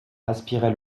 aspirait